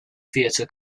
theatre